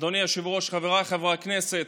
אדוני היושב-ראש, חבריי חברי הכנסת,